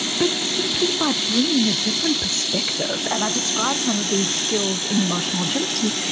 but simply by bringing a different perspective and i describe some of these skills in emotional agility,